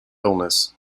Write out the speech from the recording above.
illness